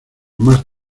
mas